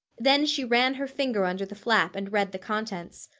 then she ran her finger under the flap and read the contents.